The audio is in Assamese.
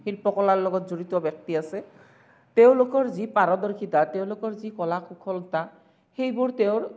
শিল্পকলাৰ লগত জড়িত ব্যক্তি আছে তেওঁলোকৰ যি পাৰদৰ্শিতা তেওঁলোকৰ যি কলা কুশলতা সেইবোৰ তেওঁৰ